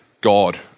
God